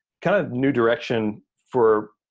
kind of new direction for,